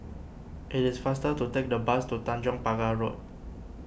it is faster to take the bus to Tanjong Pagar Road